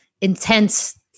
intense